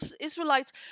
Israelites